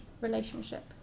relationship